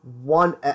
one